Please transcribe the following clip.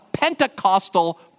Pentecostal